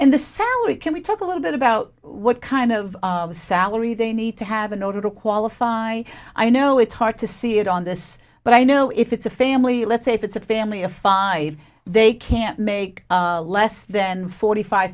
and the so we can we talk a little bit about what kind of salary they need to have in order to qualify i know it's hard to see it on this but i know if it's a family let's say if it's a family of five they can make less than forty five